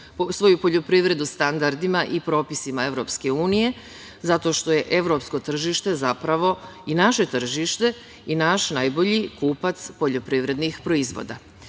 svoju poljoprivredu standardima i propisima EU, zato što je evropsko tržište zapravo i naše tržište i naš najbolji kupac poljoprivrednih proizvoda. Zato